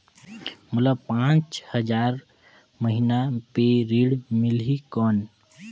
मोला पांच हजार महीना पे ऋण मिलही कौन?